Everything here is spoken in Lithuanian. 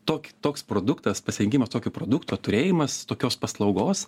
tokį toks produktas pasirinkimas tokio produkto turėjimas tokios paslaugos